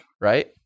Right